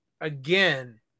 again